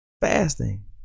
fasting